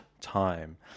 time